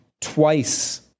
twice